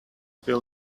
will